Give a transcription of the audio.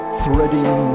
threading